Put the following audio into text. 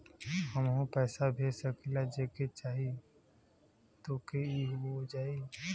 हमहू पैसा भेज सकीला जेके चाही तोके ई हो जाई?